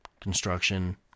construction